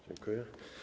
Dziękuję.